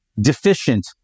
deficient